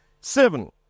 Seven